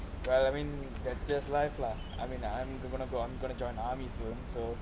well I mean that's just life lah I mean I'm gonna go I'm going to join the army soon so